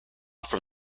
from